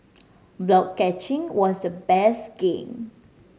block catching was the best game